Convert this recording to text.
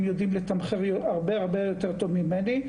יודעים לתמחר הרבה יותר טוב ממני,